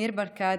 ניר ברקת,